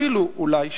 אפילו אולי שלום.